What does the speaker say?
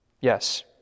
yes